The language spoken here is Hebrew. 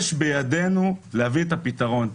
יש בידינו להביא את הפתרון.